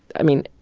i mean,